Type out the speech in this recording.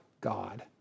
God